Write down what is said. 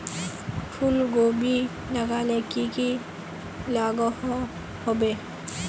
फूलकोबी लगाले की की लागोहो होबे?